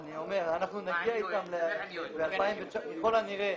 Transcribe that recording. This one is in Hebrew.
אנחנו נגיע אתם ב-2019 ככל הנראה.